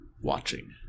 watching